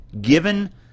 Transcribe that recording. given